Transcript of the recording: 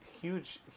huge